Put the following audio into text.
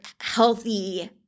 healthy